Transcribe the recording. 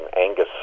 Angus